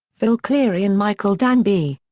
phil cleary and michael danby.